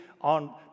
on